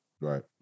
right